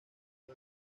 fue